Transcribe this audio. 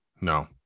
No